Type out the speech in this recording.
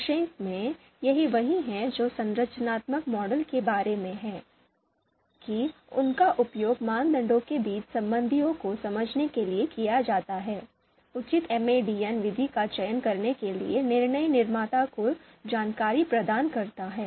संक्षेप में यह वही है जो संरचनात्मक मॉडल के बारे में है कि उनका उपयोग मानदंडों के बीच संबंधों को समझने के लिए किया जाता है उचित MADM विधि का चयन करने के लिए निर्णय निर्माता को जानकारी प्रदान करता है